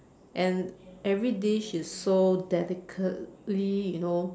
and every dish is so delicately you know